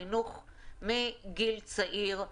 חינוך מגיל צעיר.